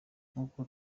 nk’uko